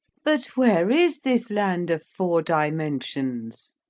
but where is this land of four dimensions.